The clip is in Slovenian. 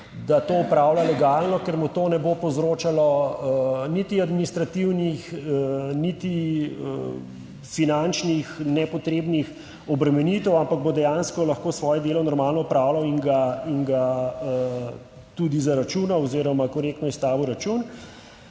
da to opravlja legalno, ker mu to ne bo povzročalo niti administrativnih, niti finančnih nepotrebnih obremenitev, ampak bo dejansko lahko svoje delo normalno opravljal in ga tudi zaračunal oziroma korektno izstavil račun.